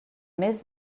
més